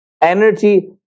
energy